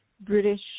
British